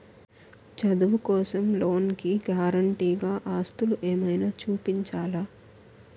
చదువు కోసం లోన్ కి గారంటే గా ఆస్తులు ఏమైనా చూపించాలా?